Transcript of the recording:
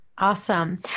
Awesome